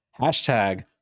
hashtag